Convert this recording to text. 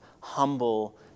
humble